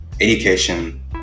education